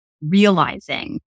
realizing